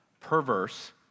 perverse